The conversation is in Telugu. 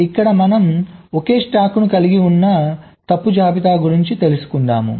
ఇక్కడ మనం ఒకే స్టాక్ను కలిగి ఉన్న తప్పు జాబితా గురించి తెలుసుకుకుందాము